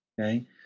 Okay